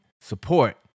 support